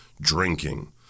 drinking